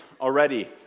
already